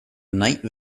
night